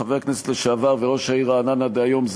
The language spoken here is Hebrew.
חבר הכנסת לשעבר וראש העיר רעננה דהיום,